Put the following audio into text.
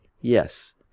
yes